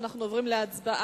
אנחנו עוברים להצבעה.